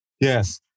Yes